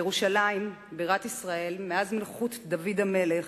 ירושלים, בירת ישראל מאז מלכות דוד המלך,